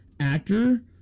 actor